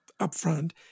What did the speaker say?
upfront